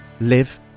live